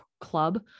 Club